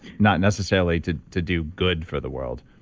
not necessarily to to do good for the world.